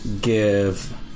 give